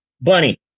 Bunny